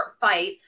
fight